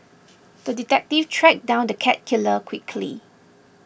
the detective tracked down the cat killer quickly